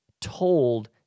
told